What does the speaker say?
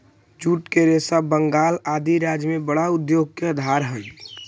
jute के रेशा बंगाल आदि राज्य में बड़ा उद्योग के आधार हई